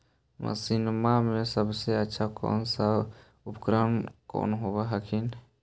मसिनमा मे सबसे अच्छा कौन सा उपकरण कौन होब हखिन?